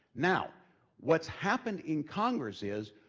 now what's happened in congress is,